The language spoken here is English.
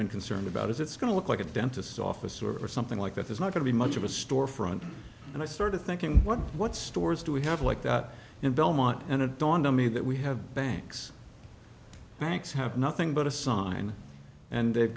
been concerned about is it's going to look like a dentist's office or something like that is not going to be much of a store front and i started thinking what what stores do we have like that in belmont and it dawned on me that we have banks banks have nothing but a sign and they've